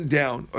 down